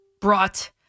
brought